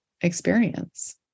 experience